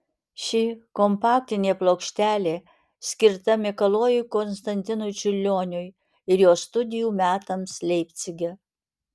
ši kompaktinė plokštelė skirta mikalojui konstantinui čiurlioniui ir jo studijų metams leipcige